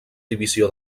divisió